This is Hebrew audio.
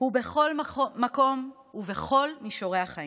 הוא בכל מקום ובכל מישורי החיים.